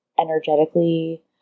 energetically